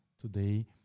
today